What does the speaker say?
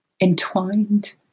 entwined